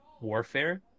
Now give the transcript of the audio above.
Warfare